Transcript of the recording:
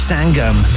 Sangam